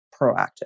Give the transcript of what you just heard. proactive